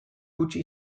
gutxi